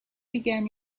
began